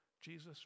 Jesus